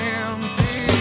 empty